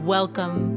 Welcome